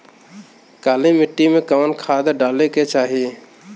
काली मिट्टी में कवन खाद डाले के चाही?